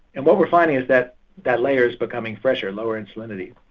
and what we're finding is that that layer's becoming fresher, lower in salinity.